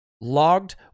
logged